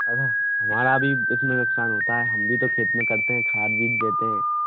अरे हमारा भी इस में नुक़सान होता है हम भी तो खेत में करते हैं खाद बीज देते हैं